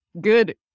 Good